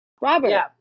Robert